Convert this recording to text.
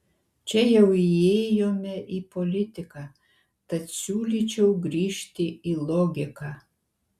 čia jau įėjome į politiką tad siūlyčiau grįžti į logiką